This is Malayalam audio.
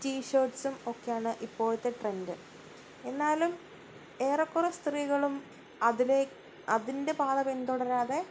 ടീ ഷേട്ട്സും ഒക്കെയാണ് ഇപ്പോഴത്തെ ട്രെൻഡ് എന്നാലും ഏറെക്കുറെ സ്ത്രീകളും അതിലെ അതിൻ്റെ പാത പിന്തുടരാതെ